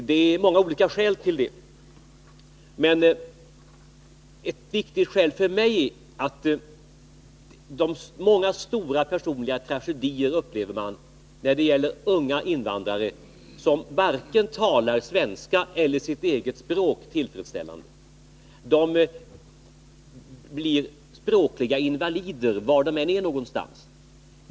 Det är många olika skäl till detta. Ett viktigt skäl för mig är emellertid att man upplever många stora personliga tragedier när det gäller unga invandrare som varken talar svenska eller sitt eget språk tillfredsställande. De blir språkliga invalider, var de än är.